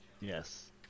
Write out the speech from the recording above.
Yes